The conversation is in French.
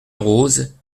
rose